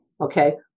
okay